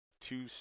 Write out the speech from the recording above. two